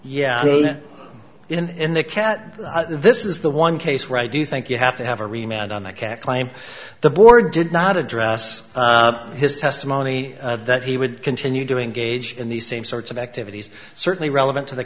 yeah in the cat this is the one case where i do think you have to have a rematch on the cat climb the board did not address his testimony that he would continue doing gage in the same sorts of activities certainly relevant to the